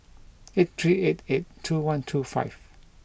eight three eight eight two one two five